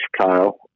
Kyle